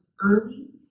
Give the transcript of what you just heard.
early